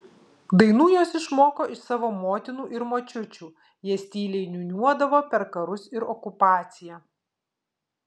dainų jos išmoko iš savo motinų ir močiučių jas tyliai niūniavo per karus ir okupaciją